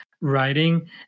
writing